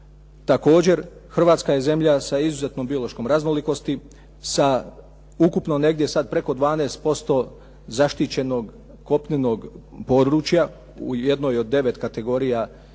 također Hrvatska je zemlja sa izuzetnom biološkom raznolikosti, sa ukupno negdje sad preko 12% zaštićenog kopnenog područja u jednoj od 9 kategorija iz